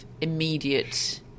immediate